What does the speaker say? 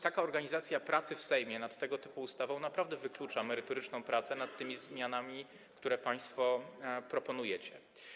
Taka organizacja pracy w Sejmie nad tego typu ustawą naprawdę wyklucza merytoryczną pracę nad zmianami, które państwo proponujecie.